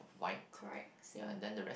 correct same